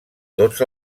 tots